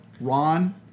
Ron